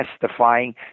testifying